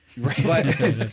Right